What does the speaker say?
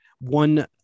One